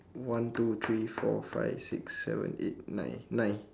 one two three four five six seven eight nine nine